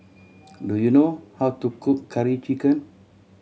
do you know how to cook Curry Chicken